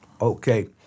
Okay